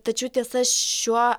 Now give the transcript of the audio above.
tačiau tiesa šiuo